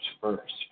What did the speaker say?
first